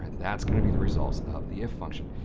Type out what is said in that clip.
that's going to be the results of the if function.